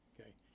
Okay